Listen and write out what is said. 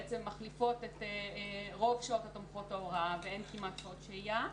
בעצם מחליפות את רוב שעות תומכות ההוראה ואין כמעט שעות שהייה,